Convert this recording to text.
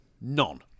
None